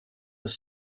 with